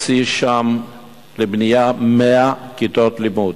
הוציא שם לבנייה 100 כיתות לימוד.